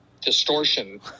distortion